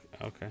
okay